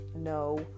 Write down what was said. no